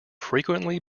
frequently